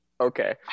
Okay